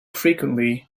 frequently